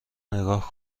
نگاه